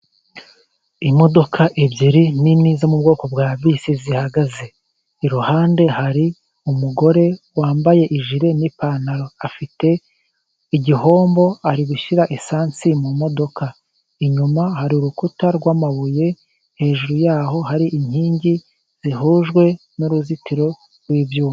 Imodoka ebyiri nini zo mu bwoko bwa bisi zihagaze. Iruhande hari umugore wambaye ijire n'ipantaro afite igihombo ari gushyira esansi mu modoka inyuma hari urukuta rw'amabuye hejuru yaho hari inkingi zihujwe n'uruzitiro rw'ibyuma.